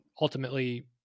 ultimately